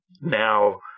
now